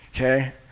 okay